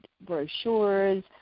brochures